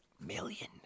million